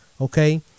Okay